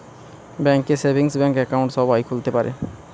bank এ savings bank account সবাই খুলতে পারে